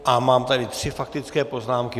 A mám tady tři faktické poznámky.